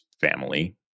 family